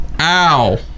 Ow